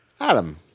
Adam